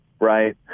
right